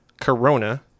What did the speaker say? Corona